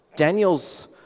Daniel's